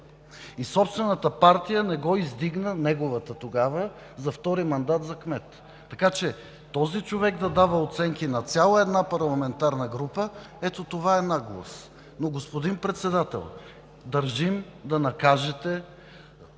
И собствената му партия не го издигна – неговата тогава, за втори мандат за кмет, така че този човек да дава оценки на цяла една парламентарна група, ето това е наглост. Господин Председател, държим да накажете